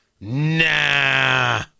Nah